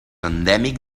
endèmic